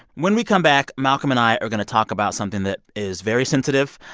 when we come back, malcolm and i are going to talk about something that is very sensitive.